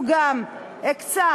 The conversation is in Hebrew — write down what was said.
הוא גם הקצה